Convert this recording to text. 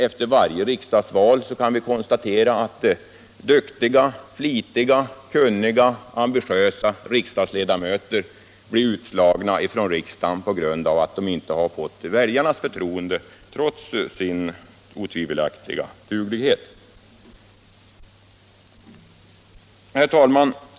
Efter varje riksdagsval kan vi konstatera att duktiga, flitiga, kunniga och ambitiösa riksdagsledamöter blivit utslagna från riksdagen genom att de trots sin otvivelaktiga duglighet inte fått väljarnas förtroende. Herr talman!